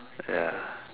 ya